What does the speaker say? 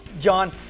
John